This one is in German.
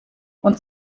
und